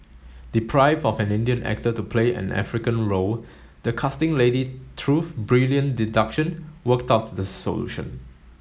deprived of an Indian actor to play an African role the casting lady through brilliant deduction worked out this solution